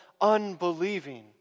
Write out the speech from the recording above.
unbelieving